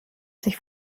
sich